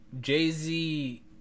Jay-Z